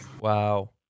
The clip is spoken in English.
Wow